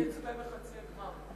אני אצפה בחצי הגמר.